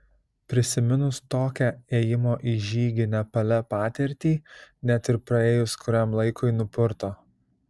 prisiminus tokią ėjimo į žygį nepale patirtį net ir praėjus kuriam laikui nupurto